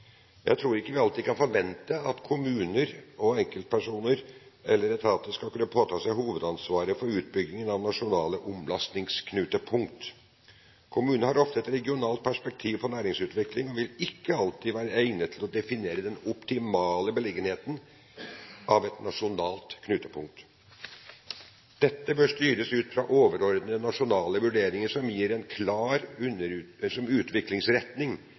Jeg tror ikke vi alltid kan forvente at kommuner og enkeltpersoner eller etater skal kunne påta seg hovedansvaret for utbyggingen av nasjonale omlastningsknutepunkt. Kommunene har ofte et regionalt perspektiv på næringsutvikling og vil ikke alltid være egnet til å definere den optimale beliggenheten av et nasjonalt knutepunkt. Dette bør styres ut fra overordnede nasjonale vurderinger som gir en klar